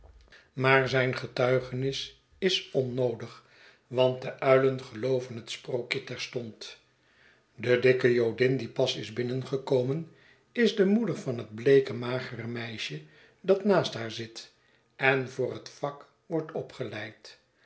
maar zijn getuigenis is onnoodig want de uilen gelooven het sprookje terstond de dikke jodin die pas is binnengekomen is de moeder van het bleeke magere meisje dat naast haar zit en voor het vak wordt opgeleid